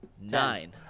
Nine